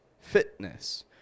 fitness